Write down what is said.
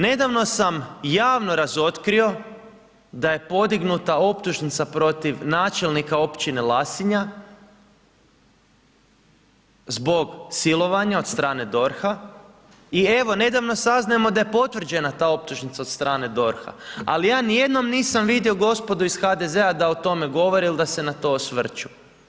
Nedavno sam javno razotkrio da je podignuta optužnica protiv načelnika općine Lasinja zbog silovanja od strane DORH-a i evo nedavno saznajemo da je potvrđena ta optužnica od strane DORH-a ali ja niti jednom nisam vidio gospodu iz HDZ-a da o tome govore ili da se na to osvrću.